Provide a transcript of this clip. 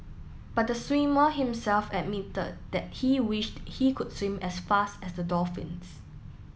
but the swimmer himself admitted that he wished he could swim as fast as the dolphins